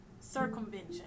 circumvention